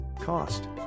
Cost